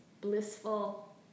blissful